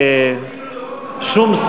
לא,